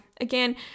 Again